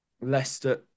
Leicester